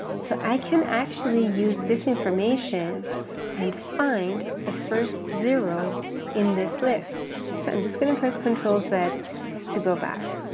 so i can actually use this information and find the first zero in this list. so i'm just going to press control z to go back.